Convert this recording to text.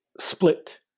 split